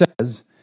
says